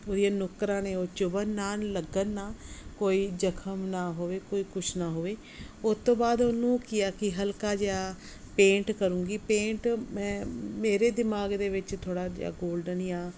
ਉਹਦੀਆਂ ਨੁਕਰਾਂ ਨੇ ਉਹ ਚੁੱਬਨ ਨਾ ਉਹਨੂੰ ਲੱਗਣ ਨਾ ਕੋਈ ਜ਼ਖਮ ਨਾ ਹੋਵੇ ਕੋਈ ਕੁਛ ਨਾ ਹੋਵੇ ਉਹ ਤੋਂ ਬਾਅਦ ਉਹਨੂੰ ਕੀ ਆ ਕਿ ਹਲਕਾ ਜਿਹਾ ਪੇਂਟ ਕਰੂੰਗੀ ਪੇਂਟ ਮੈਂ ਮੇਰੇ ਦਿਮਾਗ ਦੇ ਵਿੱਚ ਥੋੜ੍ਹਾ ਜਿਹਾ ਗੋਲਡਨ ਜਾਂ